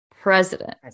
president